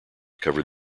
cover